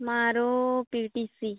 મારો પીટીસી